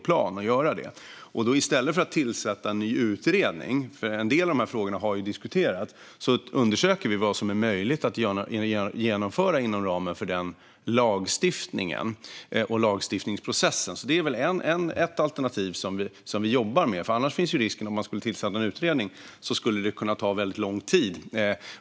I stället för att tillsätta en ny utredning - en del av dessa frågor har ju diskuterats - undersöker vi därför vad som är möjligt att genomföra inom ramen för den lagstiftningen och lagstiftningsprocessen. Detta är ett alternativ som vi jobbar med. Om man skulle tillsätta en utredning finns risken för att det skulle kunna ta väldigt lång tid.